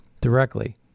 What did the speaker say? directly